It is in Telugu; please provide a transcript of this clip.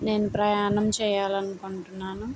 నేను ప్రయాణం చేయాలనుకుంటున్నాను